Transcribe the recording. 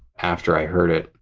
after i heard it,